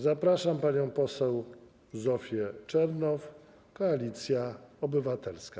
Zapraszam panią poseł Zofię Czernow, Koalicja Obywatelska.